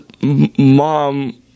mom